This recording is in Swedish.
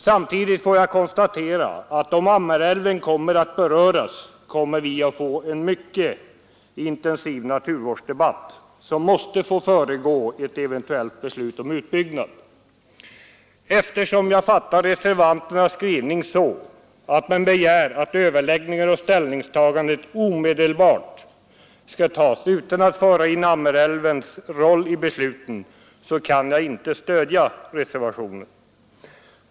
Samtidigt får jag konstatera att om Ammerälven kommer att beröras får vi en mycket intensiv naturvårdsdebatt. En sådan måste nämligen föregå ett eventuellt beslut om utbyggnad. Eftersom jag fattar reservanternas skrivning så, att man begär överläggningar och ställningstaganden omedelbart utan att Ammerälvens roll förs in i besluten kan jag inte stödja reservanterna.